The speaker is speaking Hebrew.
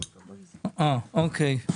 אוקיי.